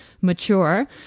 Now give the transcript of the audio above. mature